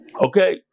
Okay